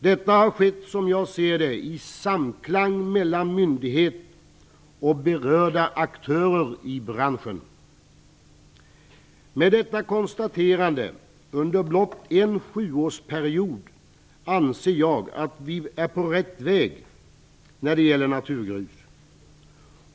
Detta har, som jag ser det, skett i samklang mellan myndighet och berörda aktörer i branschen. Med konstaterandet av detta, som hänt under blott en sjuårsperiod, anser jag att vi är på rätt väg när det gäller naturgrus.